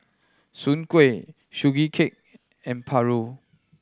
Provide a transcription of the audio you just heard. Soon Kuih Sugee Cake and paru